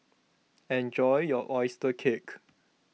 enjoy your Oyster Cake